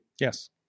Yes